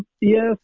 yes